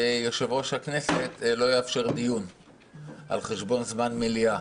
ויושב-ראש הכנסת לא יאפשר דיון על חשבון זמן מליאה.